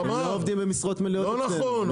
לא נכון,